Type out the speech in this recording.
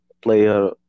Player